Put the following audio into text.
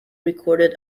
recorded